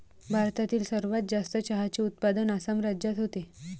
भारतातील सर्वात जास्त चहाचे उत्पादन आसाम राज्यात होते